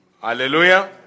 Hallelujah